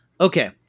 Okay